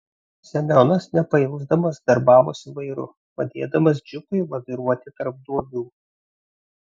semionas nepailsdamas darbavosi vairu padėdamas džipui laviruoti tarp duobių